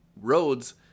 roads